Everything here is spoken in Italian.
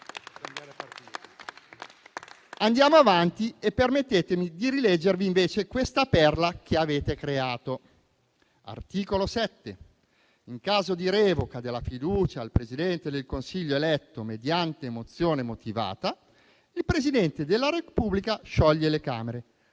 Andiamo avanti e permettetemi di rileggere, invece, questa perla che avete creato. L'articolo 7 recita che: «In caso di revoca della fiducia al Presidente del Consiglio eletto mediante mozione motivata, il Presidente della Repubblica scioglie le Camere.».